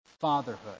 fatherhood